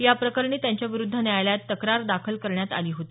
याप्रकरणी त्यांच्याविरुद्ध न्यायालयात तक्रार दाखल करण्यात आली होती